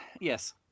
Yes